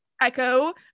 Echo